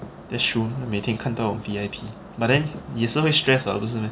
that's true 他每天看到 V_I_P but then 你也是会 stress ah 不是 meh